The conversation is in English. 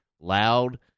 loud